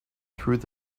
through